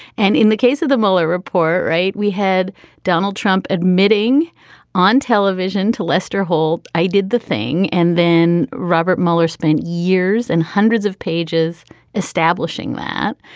and in the case of the mueller report, right. we had donald trump admitting on television to lester holt. i did the thing. and then robert mueller spent years and hundreds of pages establishing that.